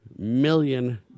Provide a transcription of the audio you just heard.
million